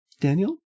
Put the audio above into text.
Daniel